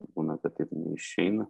būna kad taip neišeina